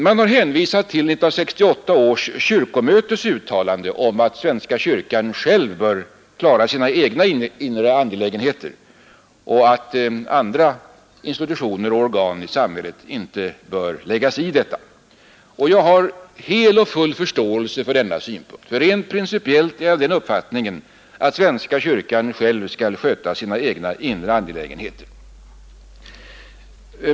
Man har hänvisat till 1968 års kyrkomötes uttalande om att svenska kyrkan själv bör klara sina egna inre angelägenheter och att andra institutioner och organ i samhället inte bör lägga sig i detta. Jag har också hel och full förståelse för denna synpunkt. Rent principiellt har jag nämligen den uppfattningen att svenska kyrkan själv skall sköta sina egna inre angelägenheter.